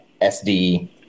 SD